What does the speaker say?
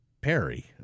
Perry